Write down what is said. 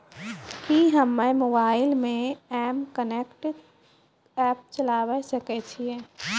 कि हम्मे मोबाइल मे एम कनेक्ट एप्प चलाबय सकै छियै?